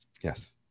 Yes